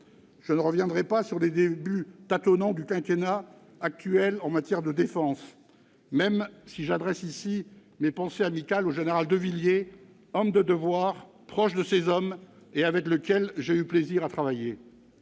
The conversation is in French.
Je ne reviendrai pas sur les débuts tâtonnants du quinquennat actuel en matière de défense, même si j'adresse ici mes pensées amicales au général de Villiers, homme de devoir, proche de ses hommes et avec lequel j'ai eu plaisir à travailler.